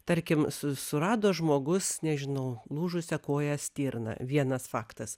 tarkim su surado žmogus nežinau lūžusią koją stirna vienas faktas